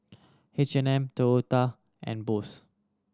H and M Toyota and Bose